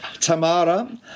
tamara